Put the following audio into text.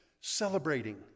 celebrating